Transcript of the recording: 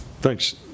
Thanks